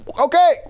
okay